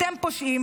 אתם פושעים,